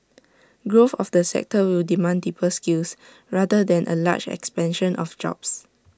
growth of the sector will demand deeper skills rather than A large expansion of jobs